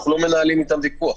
אנחנו לא מנהלים איתם ויכוח,